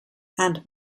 and